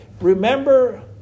Remember